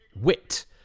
wit